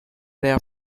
their